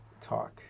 talk